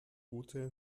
ute